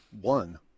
One